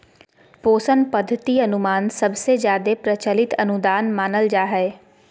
पोषण पद्धति अनुमान सबसे जादे प्रचलित अनुदान मानल जा हय